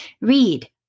Read